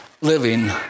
living